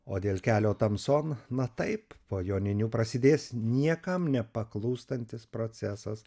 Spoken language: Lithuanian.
o dėl kelio tamson na taip po joninių prasidės niekam nepaklūstantis procesas